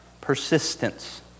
persistence